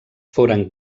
foren